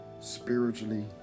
spiritually